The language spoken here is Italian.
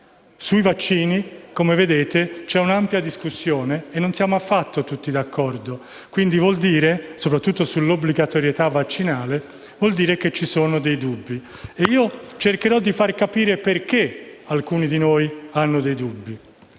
sui vaccini, come vedete, c'è un'ampia discussione e non siamo affatto tutti d'accordo, quindi vuol dire, soprattutto sull'obbligatorietà vaccinale, che ci sono dei dubbi. Io cercherò di far capire perché alcuni di noi hanno dei dubbi.